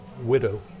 widow